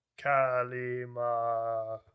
Kalima